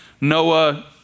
Noah